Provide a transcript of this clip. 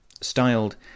styled